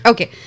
Okay